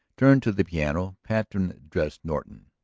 turned to the piano patten addressed norton.